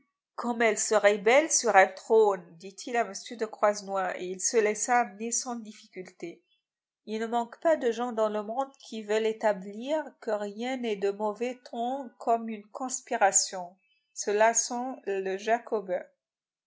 comme elle serait belle sur un trône dit-il à m de croisenois et il se laissa amener sans difficulté il ne manque pas de gens dans le monde qui veulent établir que rien n'est de mauvais ton comme une conspiration cela sent le jacobin